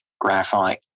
graphite